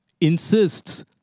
insists